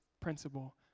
principle